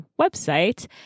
website